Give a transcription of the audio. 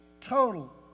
total